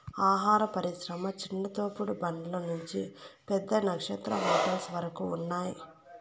ఆహార పరిశ్రమ చిన్న తోపుడు బండ్ల నుంచి పెద్ద నక్షత్ర హోటల్స్ వరకు ఉన్నాయ్